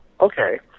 okay